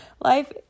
Life